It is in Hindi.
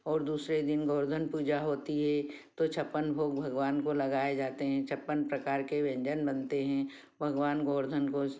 और दूसरे दिन गोवर्धन पूजा होती है तो छप्पन भोग भगवान को लगाए जाते हैं छप्पन प्रकार के व्यंजन बनते हैं भगवान गोवर्धन को उस